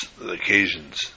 occasions